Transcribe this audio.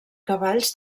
cavalls